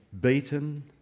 beaten